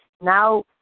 now